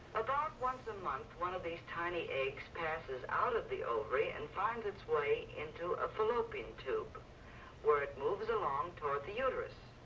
about once a month one of these tiny eggs passes out of the ovary and finds its way into a fallopian tube where it moves along toward the uterus.